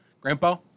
Grandpa